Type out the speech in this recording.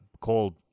called